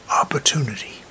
opportunity